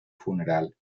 funeral